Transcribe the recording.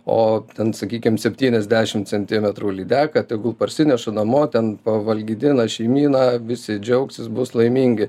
o ten sakykim septyniasdešim centimetrų lydeką tegul parsineša namo ten pavalgydina šeimyną visi džiaugsis bus laimingi